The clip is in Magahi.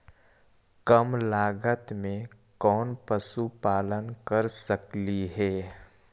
कम लागत में कौन पशुपालन कर सकली हे?